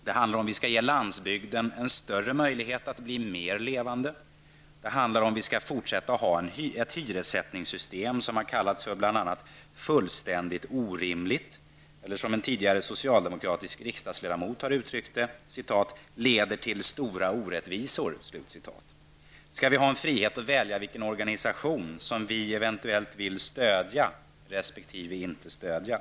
Det handlar om vi skall ge landsbygden en större möjlighet att bli mer levande. Det handlar om huruvida vi skall fortsätta att ha ett hyressättningssystem som kallats bl.a. ''fullständigt orimligt'', eller som en tidigare socialdemokratisk riksdagsledamot har uttryckt det, ''leder till stora orättvisor''. Skall vi ha frihet att välja vilken organisation vi eventuellt vill stödja resp. inte stödja?